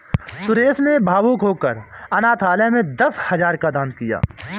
सुरेश ने भावुक होकर अनाथालय में दस हजार का दान दिया